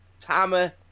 Tama